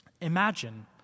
Imagine